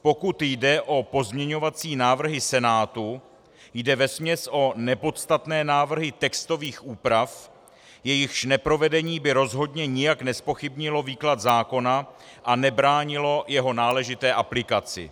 Pokud jde o pozměňovací návrhy Senátu, jde vesměs o nepodstatné návrhy textových úprav, jejichž neprovedení by rozhodně nijak nezpochybnilo výklad zákona a nebránilo jeho náležité aplikaci.